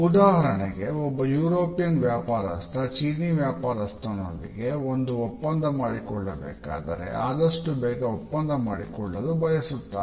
ಉದಾಹರಣೆಗೆ ಒಬ್ಬ ಯುರೋಪಿಯನ್ ವ್ಯಾಪಾರಸ್ಥ ಚೀನಿ ವ್ಯಾಪಾರಸ್ಥನೊಂದಿಗೆ ಒಂದು ಒಪ್ಪಂದ ಮಾಡಿಕೊಳ್ಳಬೇಕೆಂದರೆ ಆದಷ್ಟು ಬೇಗ ಒಪ್ಪಂದ ಮಾಡಿಕೊಳ್ಳಲು ಬಯಸುತ್ತಾರೆ